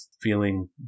feeling